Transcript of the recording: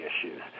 issues